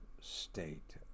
state